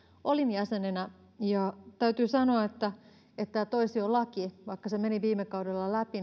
olin jäsenenä täytyy sanoa että että vaikka toisiolaki meni viime kaudella läpi